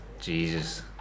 Jesus